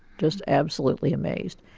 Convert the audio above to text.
just absolutely amazed.